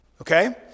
Okay